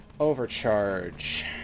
Overcharge